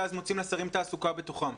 ואז מוצאים לשרים תעסוקה בתוכם.